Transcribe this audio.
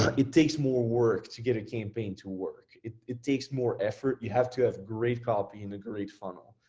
it takes more work to get a campaign to work. it it takes more effort, you have to have great copy and a great funnel.